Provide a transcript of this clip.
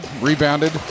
Rebounded